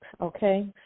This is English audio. Okay